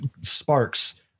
sparks